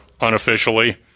unofficially